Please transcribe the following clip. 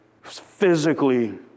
physically